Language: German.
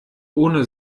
ohne